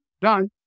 done